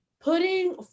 putting